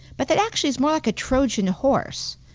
but that actually is more like a trojan horse?